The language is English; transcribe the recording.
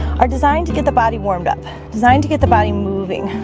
are designed to get the body warmed up designed to get the body moving?